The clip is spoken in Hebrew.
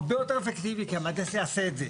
הרבה יותר אפקטיבי שהמהנדס יעשה את זה.